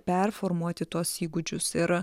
performuoti tuos įgūdžius ir